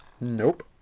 Nope